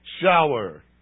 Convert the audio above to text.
shower